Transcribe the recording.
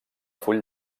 full